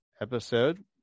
episode